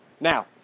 Now